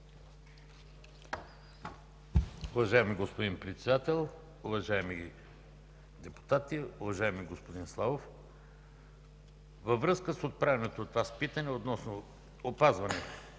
Уважаеми господин Председател, уважаеми депутати! Уважаеми господин Славов, във връзка с отправеното от Вас питане относно опазване